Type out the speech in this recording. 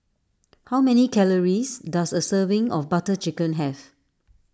how many calories does a serving of Butter Chicken have